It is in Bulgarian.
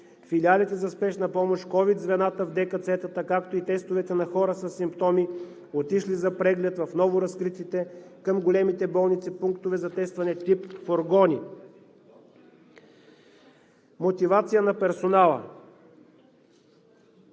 филиалите за спешна помощ, COVID звената в ДКЦ-тата, както и тестовете на хора със симптоми, отишли за преглед в новоразкритите към големите болници пунктове за тестване – тип фургони. Мотивация на персонала.